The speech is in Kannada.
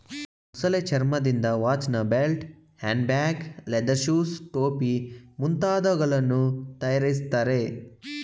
ಮೊಸಳೆ ಚರ್ಮದಿಂದ ವಾಚ್ನ belt, hand bag, leather shoes, ಟೋಪಿ ಮುಂತಾದವುಗಳನ್ನು ತರಯಾರಿಸ್ತರೆ